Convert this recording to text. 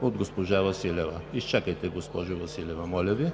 от госпожа Василева! Изчакайте, госпожо Василева, моля Ви.